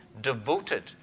devoted